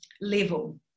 level